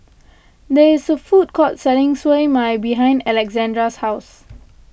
there is a food court selling Siew Mai behind Alessandra's house